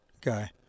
guy